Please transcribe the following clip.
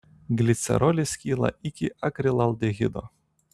glicerolis skyla iki akrilaldehido